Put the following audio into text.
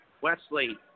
Wesley